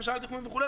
הרשאת תכנון וכו',